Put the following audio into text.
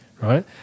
right